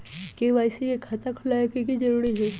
KYC के खाता खुलवा में की जरूरी होई?